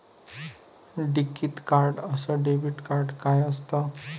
टिकीत कार्ड अस debit card काय असत?